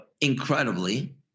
incredibly